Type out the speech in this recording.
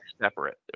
separate